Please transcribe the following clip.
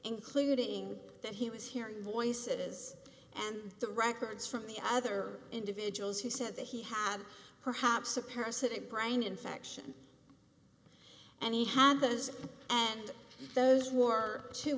including that he was hearing voices and the records from the other individuals who said that he had perhaps a parasitic brain infection and he hand those and those who are two